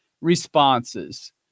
responses